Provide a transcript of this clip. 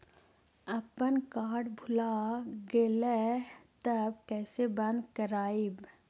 अपन कार्ड भुला गेलय तब कैसे बन्द कराइब?